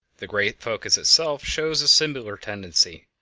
the great focus itself shows a similar tendency,